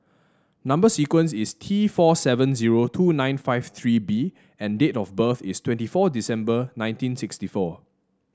number sequence is T four seven zero two nine five three B and date of birth is twenty four December nineteen sixty four